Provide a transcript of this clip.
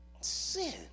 Sin